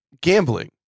Gambling